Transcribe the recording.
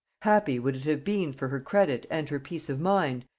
happy would it have been for her credit and her peace of mind,